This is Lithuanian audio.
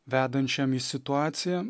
vedančiam į situaciją